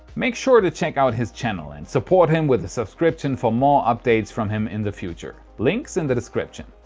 make sure to check out his channel and support him with a subscription for more updates from him in the future. link is so in the description.